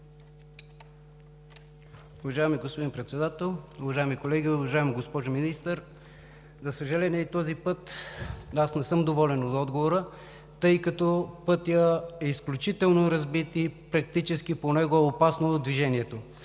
Уважаеми господин Председател, уважаеми колеги! Уважаема госпожо Министър, за съжаление, и този път не съм доволен от отговора, тъй като пътят е изключително разбит и практически по него е опасно движението.